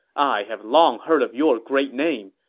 i have long heard of your great name,